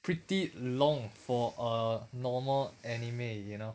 pretty long for a normal anime you know